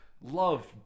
love